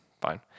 Fine